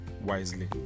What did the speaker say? wisely